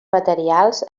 materials